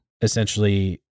essentially